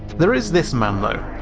there is this man though,